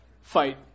Fight